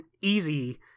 easy